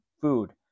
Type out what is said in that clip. food